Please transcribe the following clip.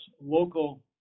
local